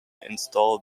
installed